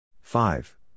five